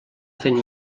fent